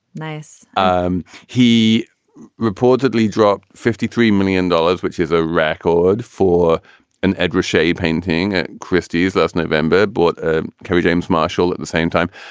nice. um he reportedly dropped fifty three million dollars, which is a record for an edward shea painting at christie's last november. but ah kerry james marshall at the same time.